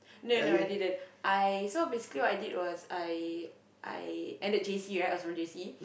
no no I didn't I so basically what I did was I I ended J_C right I was from J_C